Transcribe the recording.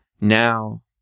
Now